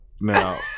Now